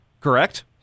correct